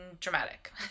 dramatic